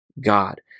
God